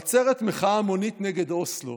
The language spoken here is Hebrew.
בעצרת מחאה המונית נגד אוסלו